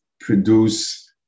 produce